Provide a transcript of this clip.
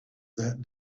that